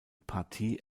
partie